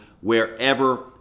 wherever